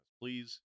Please